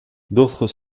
d’autres